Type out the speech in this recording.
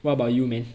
what about you man